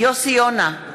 יוסי יונה,